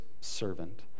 servant